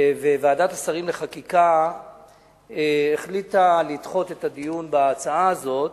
וועדת השרים לחקיקה החליטה לדחות את הדיון בהצעה הזאת.